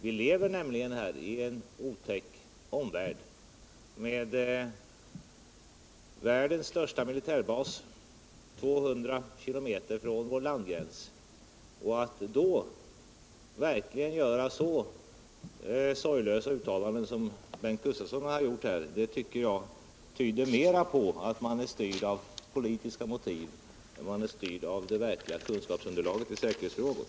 Vi har nämligen en otäck omvärld med världens största militärbas 200 km från vår landgräns, och att då göra så sorglösa uttalanden som Bengt Gustavsson har gjort här tycker jag tyder på att man är styrd mera av politiska motiv än av det verkliga kunskapsunderlaget i säkerhetsfrågor.